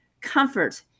comfort